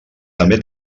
també